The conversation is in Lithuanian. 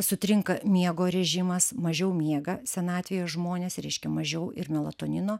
sutrinka miego režimas mažiau miega senatvėje žmonės reiškia mažiau ir melatonino